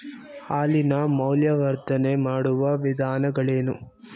ಹಾಲಿನ ಮೌಲ್ಯವರ್ಧನೆ ಮಾಡುವ ವಿಧಾನಗಳೇನು?